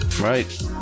Right